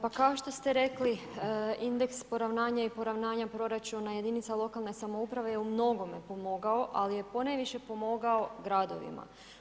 Pa kao što ste rekli, indeks poravnanja i poravnanja proračuna jedinica lokalne samouprave u mnogome je pomogao ali je ponajviše pomogao gradovima.